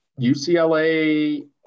UCLA